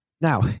now